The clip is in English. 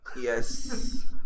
yes